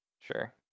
Sure